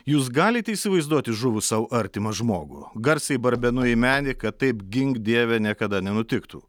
jūs galite įsivaizduoti žuvus sau artimą žmogų garsiai barbenu į medį kad taip gink dieve niekada nenutiktų